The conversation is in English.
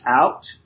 out